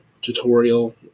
tutorial